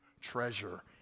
treasure